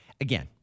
Again